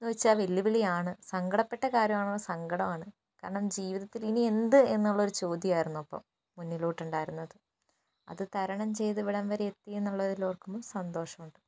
എന്നു വച്ചാൽ വെല്ലുവിളിയാണ് സങ്കടപ്പെട്ട കാര്യമാണോ സങ്കടമാണ് കാരണം ജീവിതത്തിൽ ഇനി എന്ത് എന്നുള്ള ഒരു ചോദ്യം ആയിരുന്നു അപ്പം മുന്നിലോട്ട് ഉണ്ടായിരുന്നത് അതു തരണം ചെയ്ത് ഇവിടം വരെ എത്തിയെന്നുള്ളതിൽ ഓർക്കുമ്പോൾ സന്തോഷമുണ്ട്